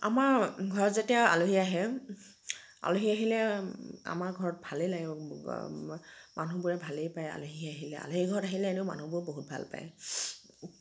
আমাৰ ঘৰত যেতিয়া আলহী আহে আলহী আহিলে আমাৰ ঘৰত ভালেই লাগিব মানুহবোৰে ভালেই পায় আলহী আহিলে আলহী ঘৰত আহিলে এনেও মানুহবোৰ বহুত ভাল পায়